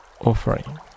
offering